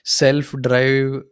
self-drive